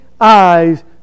eyes